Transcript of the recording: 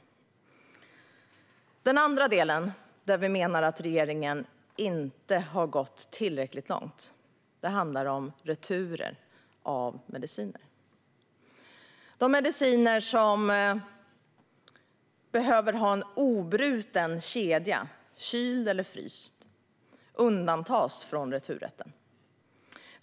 Den andra delen, där vi menar att regeringen inte har gått tillräckligt långt, handlar om returer av mediciner. De mediciner som behöver ha en obruten kedja, kyld eller fryst, föreslås undantas från returrätten.